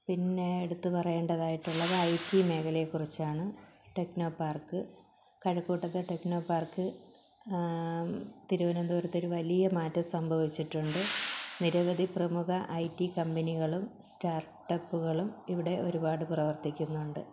പിന്നെ എടുത്തു പറയേണ്ടതായിട്ടുള്ളത് ഐ ടി മേഖലയെ കുറിച്ചാണ് ടെക്നോപാർക്ക് കഴക്കൂട്ടത്തെ ടെക്നോപാർക്ക് തിരുവനന്തപുരത്തൊരു വലിയ മാറ്റം സംഭവിച്ചിട്ടുണ്ട് നിരവധി പ്രമുഖ ഐ ടി കമ്പനികളും സ്റ്റാർട്ടപ്പുകളും ഇവിടെ ഒരുപാട് പ്രവർത്തിക്കുന്നുണ്ട്